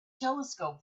telescope